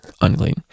unclean